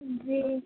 जी